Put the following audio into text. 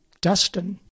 Dustin